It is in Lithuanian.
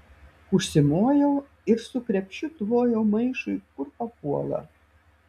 užsimojau ir su krepšiu tvojau maišui kur papuola